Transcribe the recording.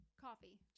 Coffee